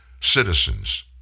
citizens